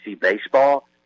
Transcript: baseball